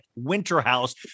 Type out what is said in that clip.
Winterhouse